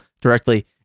directly